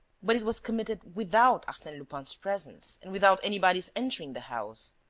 but it was committed without arsene lupin's presence and without anybody's entering the house.